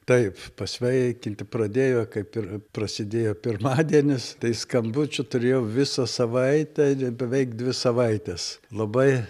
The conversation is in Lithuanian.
taip pasveikinti pradėjo kaip ir prasidėjo pirmadienis tai skambučių turėjau visą savaitę beveik dvi savaites labai